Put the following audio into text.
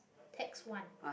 text one